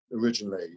originally